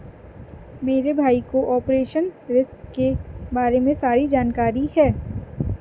मेरे भाई को ऑपरेशनल रिस्क के बारे में सारी जानकारी है